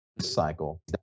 cycle